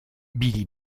billy